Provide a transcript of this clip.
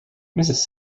mrs